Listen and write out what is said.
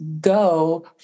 go